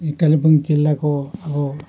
यहीँ कालिम्पोङ जिल्लाको अब